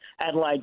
Adelaide